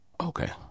Okay